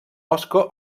osca